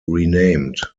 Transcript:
renamed